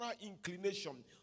inclination